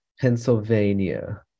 Pennsylvania